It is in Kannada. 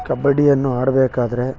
ಕಬಡ್ಡಿಯನ್ನು ಆಡಬೇಕಾದ್ರೆ